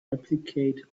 replicate